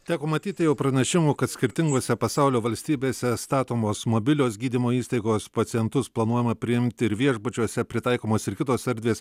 teko matyti jau pranešimų kad skirtingose pasaulio valstybėse statomos mobilios gydymo įstaigos pacientus planuojama priimti ir viešbučiuose pritaikomos ir kitos erdvės